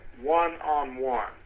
one-on-one